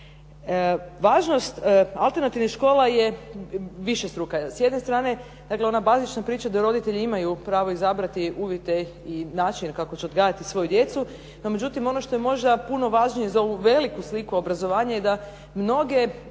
Važnost alternativnih škola je višestruka. S jedne strane ona bazična priča da roditelji imaju pravo izabrati uvjete i način kako će odgajati svoju djecu, no međutim ono što je možda puno važnije za ovu veliku sliku obrazovanja je da mnoge